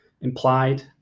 implied